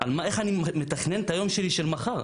איך אני מתכנן את היום שלי של מחר?